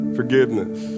forgiveness